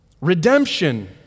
Redemption